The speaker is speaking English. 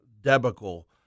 debacle